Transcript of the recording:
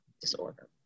disorder